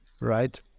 Right